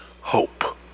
hope